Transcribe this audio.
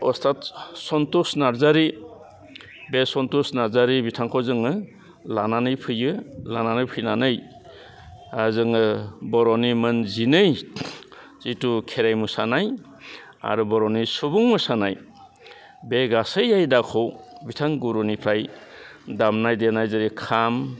अस्थाद सन्थुस नार्जारी बे सन्थुस नार्जारी बिथांखौ जोङो लानानै फैयो लानानै फैनानै जोङो बर'नि मोन जिनै जिथु खेराइ मोसानाय आरो बर'नि सुबुं मोसानाय बे गासै आयदाखौ बिथां गुरुनिफ्राय दामनाय देनाय जेरै खाम